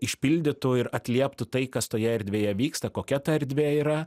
išpildytų ir atlieptų tai kas toje erdvėje vyksta kokia ta erdvė yra